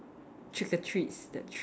trick or treats that treats